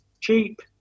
cheap